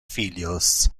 filios